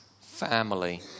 family